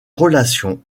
relations